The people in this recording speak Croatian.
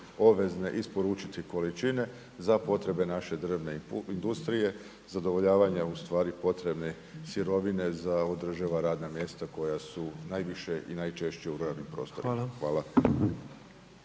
obvezne isporučiti količine za potrebne naše drvne industrije, zadovoljavanja ustvari potrebne sirovine za održiva radna mjesta koja su najviše i najčešće u ruralnim prostorima. Hvala.